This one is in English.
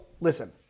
listen